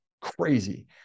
crazy